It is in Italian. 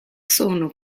sono